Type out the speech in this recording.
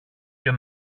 και